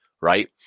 right